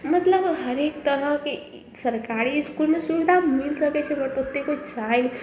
मतलब हरेक तरहके सरकारी इस्कूलमे सुबिधा मिल सकै छै मगर कत्ते के छै